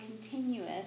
continuous